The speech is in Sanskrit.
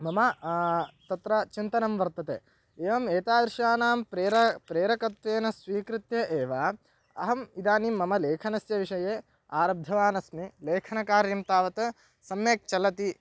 मम तत्र चिन्तनं वर्तते एवम् एतादृशानां प्रेर प्रेरकत्वेन स्वीकृत्य एव अहम् इदानीं मम लेखनस्य विषये आरब्धवानस्मि लेखनकार्यं तावत् सम्यक् चलति